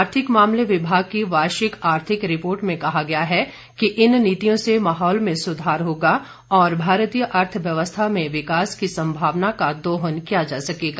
आर्थिक मामले विभाग की वार्षिक आर्थिक रिपोर्ट में कहा गया है कि इन नीतियों से माहौल में सुधार होगा और भारतीय अर्थव्यवस्था में विकास की संभावना का दोहन किया जा सकेगा